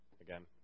Again